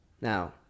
Now